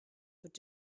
could